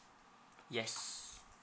yes